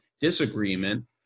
disagreement